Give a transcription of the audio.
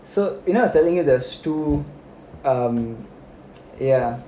so you know I was telling you there's two um ya